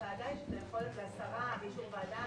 לוועדה יש את היכולת, לשרה, באישור ועדה